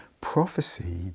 Prophecy